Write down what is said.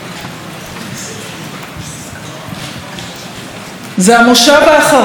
זה המושב האחרון של הכנסת העשרים,